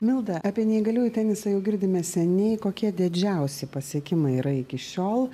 milda apie neįgaliųjų tenisą jau girdime seniai kokie didžiausi pasiekimai yra iki šiol